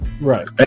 right